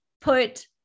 put